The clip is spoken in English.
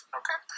okay